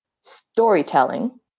storytelling